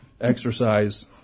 exercise